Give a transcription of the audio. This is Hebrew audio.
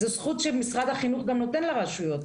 זאת זכות שמשרד החינוך גם נותן לרשויות,